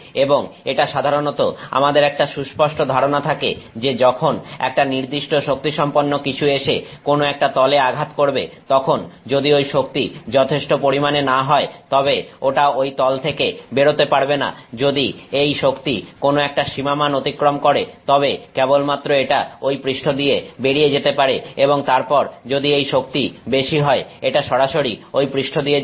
এবং এটা সাধারণত আমাদের একটা সুস্পষ্ট ধারণা থাকে যে যখন একটা নির্দিষ্ট শক্তিসম্পন্ন কিছু এসে কোন একটা তলে আঘাত করবে তখন যদি ঐ শক্তি যথেষ্ট পরিমাণে না হয় তবে ওটা ঐ তল থেকে বেরোতে পারবে না যদি এই শক্তি কোন একটা সীমামান অতিক্রম করে তবে কেবলমাত্র এটা ঐ পৃষ্ঠ দিয়ে বেরিয়ে যেতে পারে এবং তারপর যদি এই শক্তি বেশি হয় এটা সরাসরি ওই পৃষ্ঠ দিয়ে যাবে